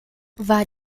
war